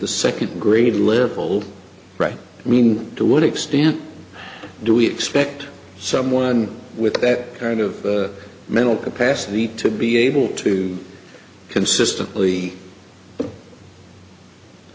the second grade level right i mean to what extent do we expect someone with that kind of mental capacity to be able to consistently i